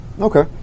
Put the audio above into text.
Okay